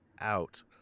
out